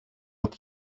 with